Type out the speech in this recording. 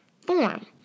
form